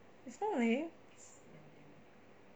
it's not lame